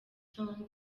song